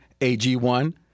AG1